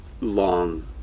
long